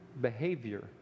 behavior